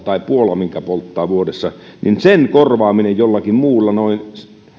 tai puola polttaa vuodessa korvaaminen jollakin muulla noin